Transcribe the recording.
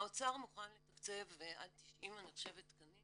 האוצר מוכן לתקצב עד 90 תקנים